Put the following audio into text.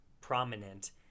prominent